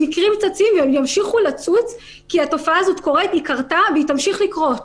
ומקרים ימשיכו לצוץ כי התופעה הזו קרתה והיא תמשיך לקרות.